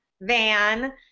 van